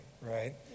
right